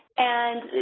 and,